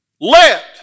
Let